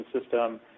system